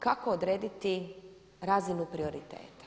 Kako odrediti razinu prioriteta?